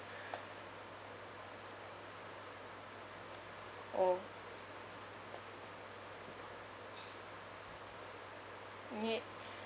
oh